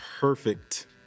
perfect